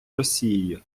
росією